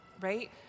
right